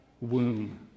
womb